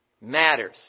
matters